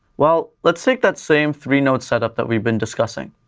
well, let's take that same three nodes setup that we've been discussing.